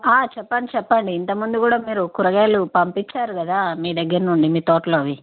ఆ చెప్పండి చెప్పండి ఇంతకు ముందు కూడా మీరు కూరగాయలు పంపించారు కదా మీ దగ్గర నుండి మీ తోటలోవి